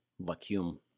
vacuum